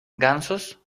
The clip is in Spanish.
gansos